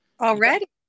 Already